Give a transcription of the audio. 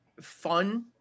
fun